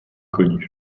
inconnus